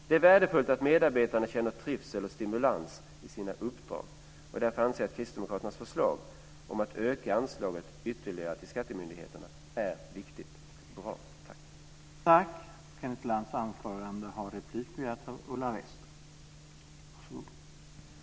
Det är värdefullt att medarbetarna känner trivsel och stimulans i sina uppdrag, och därför anser jag att kristdemokraternas förslag om att ytterligare öka anslaget till skattemyndigheterna är viktigt och bra.